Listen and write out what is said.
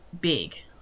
big